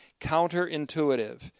counterintuitive